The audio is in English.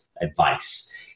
advice